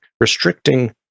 restricting